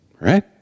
Right